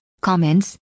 comments